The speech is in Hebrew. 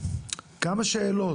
כמה שאלות,